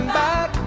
back